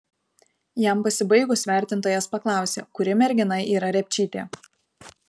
jam pasibaigus vertintojas paklausė kuri mergina yra repčytė